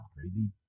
crazy